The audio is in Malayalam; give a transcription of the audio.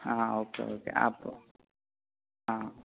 ആ ഓക്കെ ഓക്കെ അപ്പോൾ ആ